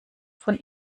von